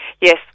Yes